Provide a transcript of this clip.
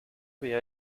había